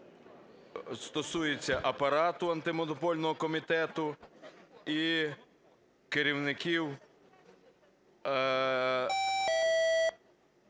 Стосується апарату Антимонопольного комітету і керівників,